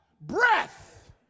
Breath